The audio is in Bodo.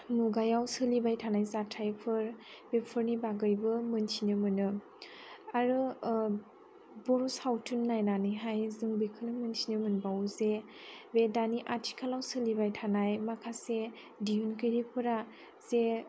मुगायाव सोलिबाय थानाय जाथायफोर बेफोरनि बागैबो मोन्थिनो मोनो आरो बर' सावथुन नायनानैहाय जों बेखौनो मोनथिनो मोनबावोजे बे दानि आथिखालाव सोलिबाय थानाय माखासे दिहुनगिरिफोरा जे